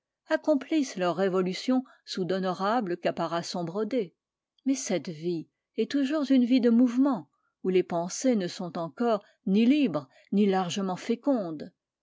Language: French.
accomplissent leurs révolutions sous d'honorables caparaçons brodés mais cette vie est toujours une vie de mouvement où les pensées ne sont encore ni libres ni largement fécondes